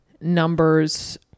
Numbers